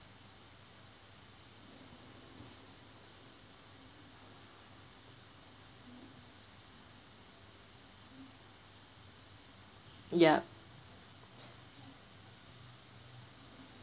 yup